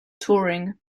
touring